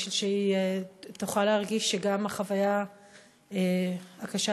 בשביל שהיא תוכל להרגיש שהחוויה הקשה